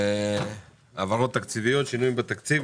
העברות תקציביות, שינויים בתקציב.